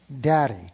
Daddy